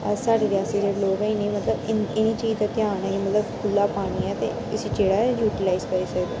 अस साढ़ै रियासी दे जेह्ड़े लोक न इनें मतलब इनें चीज दा ध्यान ऐ कि मतलब खुल्ला पानी ऐ ते इसी जेह्ड़ा ऐ यूटीलाइज करी सकदे